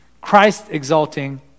Christ-exalting